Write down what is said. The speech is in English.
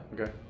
okay